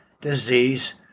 disease